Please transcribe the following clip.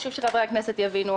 חשוב שחברי הכנסת יבינו,